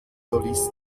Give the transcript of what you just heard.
solist